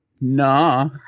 nah